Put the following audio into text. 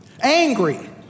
angry